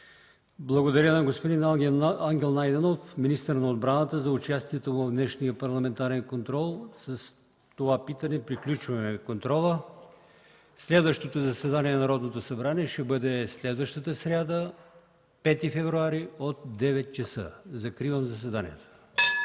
Благодаря на господин Ангел Найденов – министър на отбраната, за участието му в днешния парламентарен контрол. С това питане приключваме контрола. Следващото заседание на Народното събрание ще бъде в сряда, 5 февруари, от 9,00 ч. Закривам заседанието.